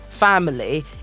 family